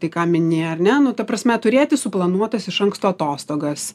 tai ką mini ar ne nu ta prasme turėti suplanuotas iš anksto atostogas